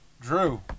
Drew